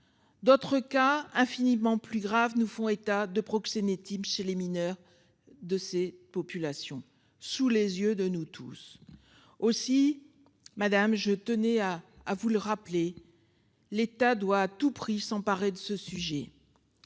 D'autres cas infiniment plus grave nous font état de proxénétisme chez les mineurs de ces populations sous les yeux de nous tous. Aussi, madame, je tenais à vous le rappeler. L'État doit à tout prix s'emparer de ce sujet.